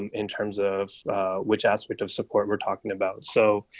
and in terms of which aspect of support, we're talking about so